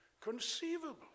conceivable